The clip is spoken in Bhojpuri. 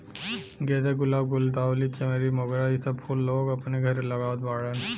गेंदा, गुलाब, गुलदावरी, चमेली, मोगरा इ सब फूल लोग अपने घरे लगावत बाड़न